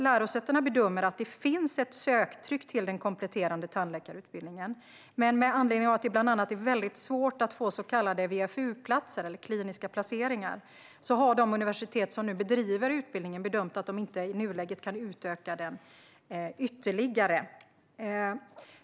Lärosätena bedömer att det finns ett söktryck till den kompletterande tandläkarutbildningen, men bland annat med anledning av att det är svårt att få så kallade VFU-platser eller kliniska placeringar har de universitet som nu bedriver utbildningen bedömt att de i nuläget inte kan utöka den ytterligare.